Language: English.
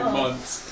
months